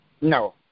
No